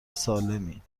سالمی